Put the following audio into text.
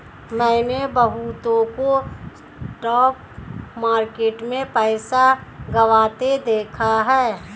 मैंने बहुतों को स्टॉक मार्केट में पैसा गंवाते देखा हैं